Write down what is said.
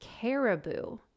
caribou